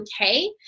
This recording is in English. okay